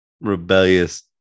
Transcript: rebellious